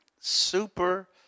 Super